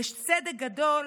יש צדק גדול